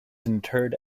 interred